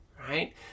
Right